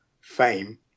fame